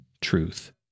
truth